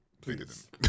please